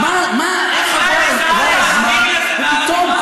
איך עבר הזמן ופתאום,